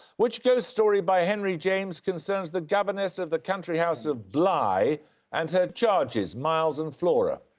which ghost story by henry james concerns the governess of the country house of bly and her charges, miles and flora?